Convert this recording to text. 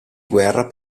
guerra